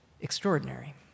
extraordinary